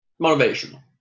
motivational